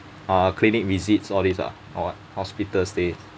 uh clinic visits all these ah or what hospital stays